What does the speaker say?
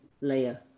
layer